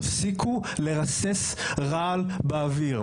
תפסיקו לרסס רעל באוויר,